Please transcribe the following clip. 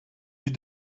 vue